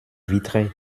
vitrée